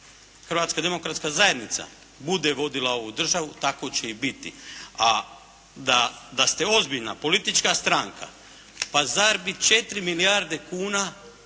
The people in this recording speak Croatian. Hrvatska demokratska zajednica bude vodila ovu državu tako će i biti, a da ste ozbiljna politička stranka pa zar bi 4 milijarde kuna